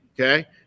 okay